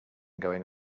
going